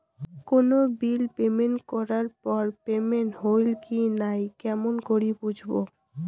কোনো bill payment করার পর পেমেন্ট হইল কি নাই কেমন করি বুঝবো?